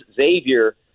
Xavier